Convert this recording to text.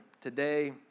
today